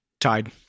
Tied